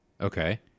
Okay